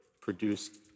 produced